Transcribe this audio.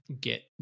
get